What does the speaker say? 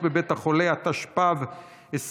(תיקון, ביטול פרק י'), התשפ"ב 2021,